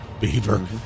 Beaver